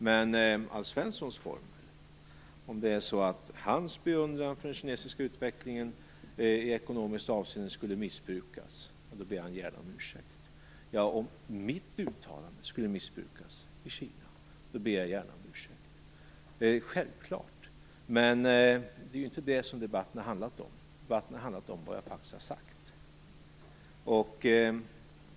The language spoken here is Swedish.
Men om det enligt Alf Svenssons formel är så att hans beundran för den kinesiska utvecklingen i ekonomiskt avseende skulle missbrukas ber han gärna om ursäkt. Om mitt uttalande skulle missbrukas i Kina ber jag gärna om ursäkt, självfallet. Men det är ju inte detta som debatten har handlat om. Den har handlat om vad jag faktiskt har sagt.